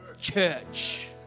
Church